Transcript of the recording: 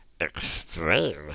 extreme